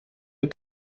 cerca